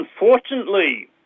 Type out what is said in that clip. Unfortunately